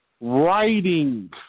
writing